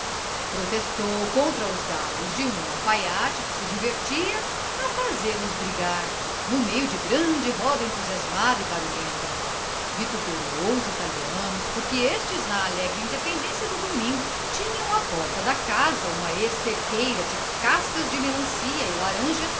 protestou contra os galos de um alfaiate que se divertia a fazê los brigar no meio de grande roda entusiasmada e barulhenta vituperou os italianos porque estes na alegre independência do domingo tinham à porta da casa uma esterqueira de cascas de melancia e laranja